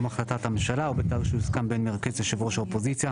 החלטת הממשלה או בתאריך שיוסכם בין מרכז יושב ראש האופוזיציה